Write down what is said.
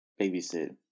babysit